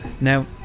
Now